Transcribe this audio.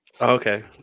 okay